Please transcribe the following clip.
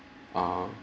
err